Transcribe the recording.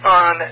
on